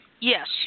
Yes